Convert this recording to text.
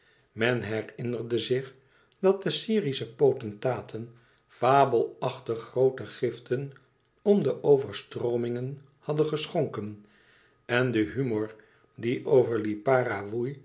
men herinnerde zich dat de syrische potentaten fabelachtig groote giften voor de overstroomingen hadden geschonken en de humor die over lipara woei